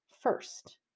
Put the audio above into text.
first